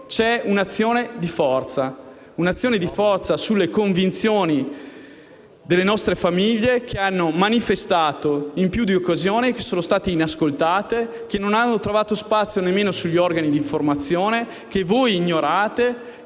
c'è un'azione di forza sulle convinzioni delle nostre famiglie, che hanno manifestato in più di un'occasione, ma non sono state ascoltate, e non hanno trovato spazio nemmeno sugli organi di informazione. E voi le ignorate